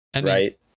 right